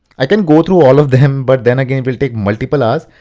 i can go through all of them, but then again it will take multiple hours.